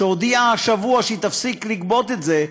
שהודיעה השבוע שהיא תפסיק לגבות את זה,